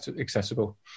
accessible